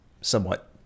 somewhat